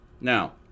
Now